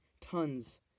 tons